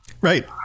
Right